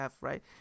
right